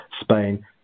Spain